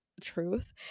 truth